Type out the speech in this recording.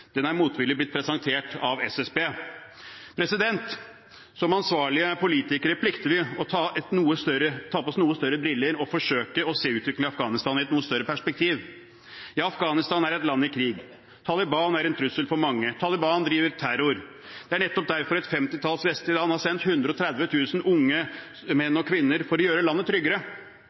den er motvillig blitt presentert av SSB. Som ansvarlige politikere plikter vi å ta på oss litt større briller og forsøke å se utviklingen i Afghanistan i et noe større perspektiv. Ja, Afghanistan er et land i krig. Taliban er en trussel for mange. Taliban driver terror. Det er nettopp derfor et femtitalls vestlige land har sendt 130 000 unge menn og kvinner for å gjøre landet tryggere.